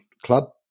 club